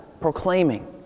proclaiming